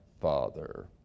Father